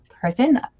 person